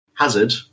Hazard